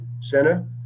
center